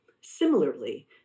Similarly